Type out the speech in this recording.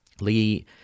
Lee